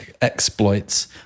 exploits